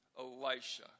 Elisha